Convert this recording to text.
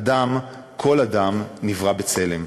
אדם, כל אדם, נברא בצלם.